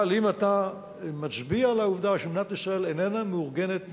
אבל אם אתה מצביע על העובדה שמדינת ישראל איננה מאורגנת מספיק,